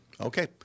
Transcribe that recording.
Okay